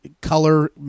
color